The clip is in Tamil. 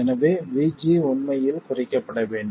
எனவே VG உண்மையில் குறைக்கப்பட வேண்டும்